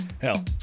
hell